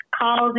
calls